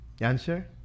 Answer